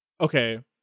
okay